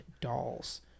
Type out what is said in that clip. dolls